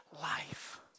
life